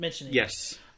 Yes